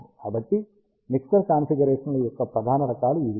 కాబట్టి మిక్సర్ కాన్ఫిగరేషన్ల యొక్క ప్రధాన రకాలు ఇవి